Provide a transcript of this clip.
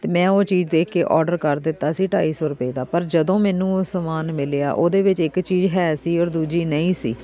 ਅਤੇ ਮੈਂ ਉਹ ਚੀਜ਼ ਦੇਖ ਕੇ ਔਡਰ ਕਰ ਦਿੱਤਾ ਸੀ ਢਾਈ ਸੌ ਰੁਪਏ ਦਾ ਪਰ ਜਦੋਂ ਮੈਨੂੰ ਉਹ ਸਮਾਨ ਮਿਲਿਆ ਉਹਦੇ ਵਿੱਚ ਇੱਕ ਚੀਜ਼ ਹੈ ਸੀ ਔਰ ਦੂਜੀ ਨਹੀਂ ਸੀ